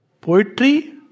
Poetry